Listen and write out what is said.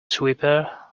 sweeper